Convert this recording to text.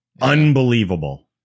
Unbelievable